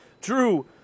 Drew